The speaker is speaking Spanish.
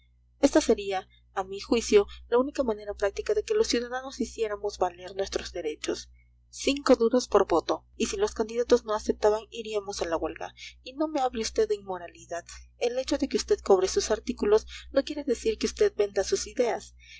esta sería a mi juicio la única manera práctica de que los ciudadanos hiciéramos valer nuestros derechos cinco duros por voto y si los candidatos no aceptaban iríamos a la huelga y no me hable usted de inmoralidad el hecho de que usted cobre sus artículos no quiere decir que usted venda sus ideas